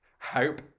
Hope